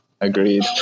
Agreed